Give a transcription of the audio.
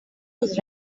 was